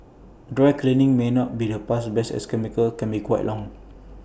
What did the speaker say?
dry cleaning may not be the bus best as chemicals can be quite long